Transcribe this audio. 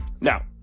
now